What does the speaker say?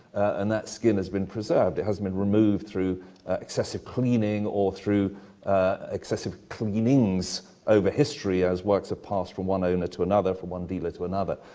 and that skin has been preserved, it hasn't been removed through excessive cleaning or through excessive cleanings over history as works are passed from one owner to another, from one dealer to another.